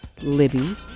Libby